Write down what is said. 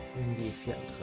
the kit